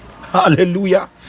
hallelujah